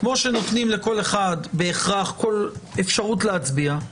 כמו שנותנים לכל אחד אפשרות להצביע,